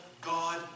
God